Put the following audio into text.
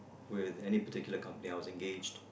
with any particular company I was engaged